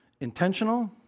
intentional